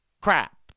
crap